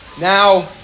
Now